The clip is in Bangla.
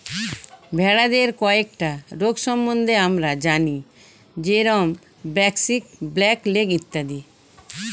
ভেড়াদের কয়েকটা রোগ সম্বন্ধে আমরা জানি যেরম ব্র্যাক্সি, ব্ল্যাক লেগ ইত্যাদি